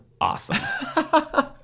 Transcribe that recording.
awesome